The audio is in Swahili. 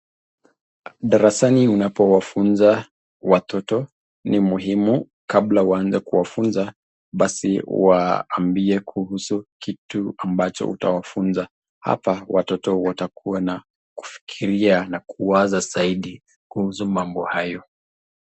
Darasani unapofunza watoto ni muhimu kabla uanze kuwafunza basi waambie kuhusu kitu ambacho utawafunza, hapa watoto watakua na kufikiria na kuwaza zaidi kuhusu mambo hayo.